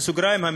במירכאות,